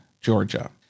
Georgia